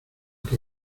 que